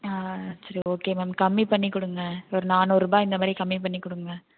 ஆ சரி okay ma'am கம்மி பண்ணிக்கொடுங்க ஒரு நானுறுரூபா இந்த மாதிரி கம்மி பண்ணிக்கொடுங்க